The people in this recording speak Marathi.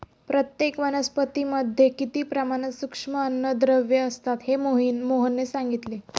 प्रत्येक वनस्पतीमध्ये किती प्रमाणात सूक्ष्म अन्नद्रव्ये असतात हे मोहनने सांगितले